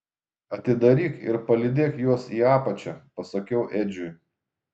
atidaryk ir palydėk juos į apačią pasakiau edžiui